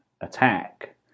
attack